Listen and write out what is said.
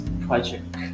project